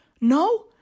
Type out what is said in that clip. No